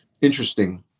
interesting